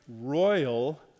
royal